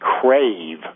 crave